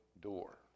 door